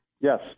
Yes